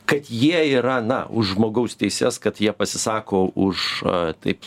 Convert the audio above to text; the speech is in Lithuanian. kad jie yra na už žmogaus teises kad jie pasisako už taip